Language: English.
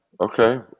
Okay